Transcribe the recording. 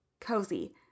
cozy